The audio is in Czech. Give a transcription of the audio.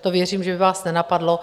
To věřím, že by vás nenapadlo.